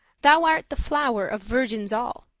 thou art the flow'r of virgins all,